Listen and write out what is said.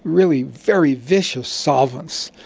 really very vicious solvents.